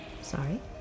Sorry